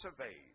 surveyed